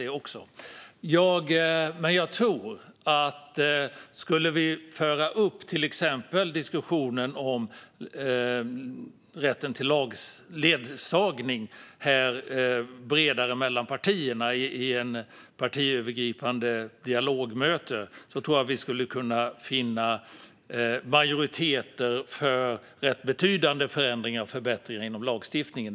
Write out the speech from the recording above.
Jag tror dock, utan att veta, att om vi skulle föra upp till exempel diskussionen om rätten till ledsagning bredare mellan partierna i ett partiövergripande dialogmöte skulle vi kunna finna majoriteter för rätt betydande förändringar och förbättringar inom lagstiftningen.